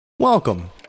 Welcome